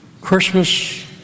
Christmas